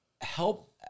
help